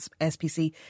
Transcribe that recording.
SPC